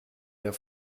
der